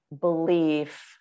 belief